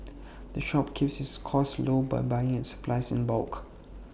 the shop keeps its costs low by buying its supplies in bulk